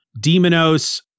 Demonos